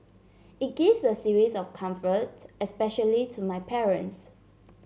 it gives a series of comfort especially to my parents